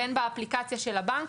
בין באפליקציה של הבנק.